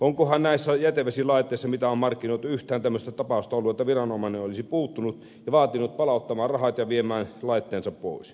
onkohan näissä jätevesilaitteissa mitä on markkinoitu yhtään tämmöistä tapausta ollut että viranomainen olisi puuttunut ja vaatinut palauttamaan rahat ja viemään laitteensa pois